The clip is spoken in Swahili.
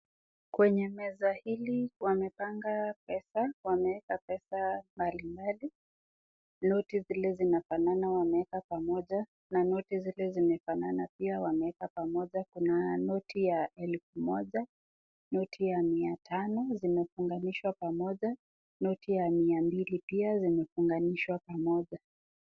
Kwenye meza hili wamepanga pesa wameeka pesa mbalimbali noti zile zinafanana wameeka pamoja na noti zile zimefanana pia wameeka pamoja. Kuna noti ya elfu moja ,noti ya mia tano zimefunganishwa pamoja noti ya mia mbili pia zimefunganishwa pamoja.